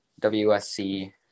WSC